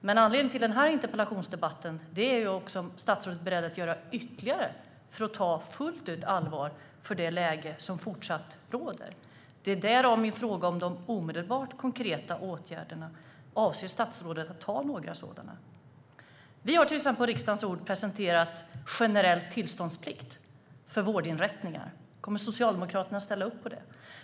Men anledningen till den här interpellationsdebatten är frågan om statsrådet är beredd att göra ytterligare för att fullt ut ta det läge som fortsatt råder på allvar. Därav kommer min fråga om statsrådet avser att vidta de omedelbart konkreta åtgärderna. Vi har för riksdagen presenterat ett förslag om en generell tillståndsplikt för vårdinrättningar. Kommer Socialdemokraterna att ställa upp på det?